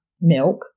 milk